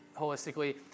holistically